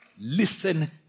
listen